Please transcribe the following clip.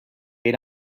era